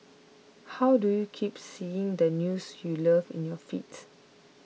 how do you keep seeing the news you love in your feeds